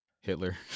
Hitler